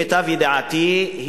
למיטב ידיעתי,